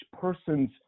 person's